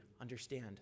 understand